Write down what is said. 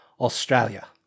Australia